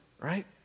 right